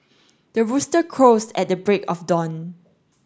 the rooster crows at the break of dawn